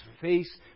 face